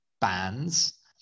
bands